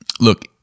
Look